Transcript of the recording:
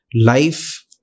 life